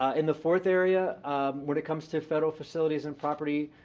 in the fourth area when it comes to federal facilities and property,